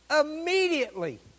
Immediately